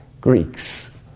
Greeks